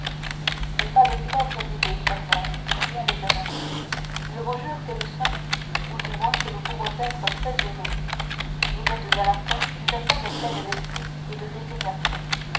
mais pas de funèbres idées chère mère s'écria le jeune homme je vous jure que nous sommes ou du moins que nous pouvons être très heureux vous êtes à la fois une femme pleine d'esprit et de résignation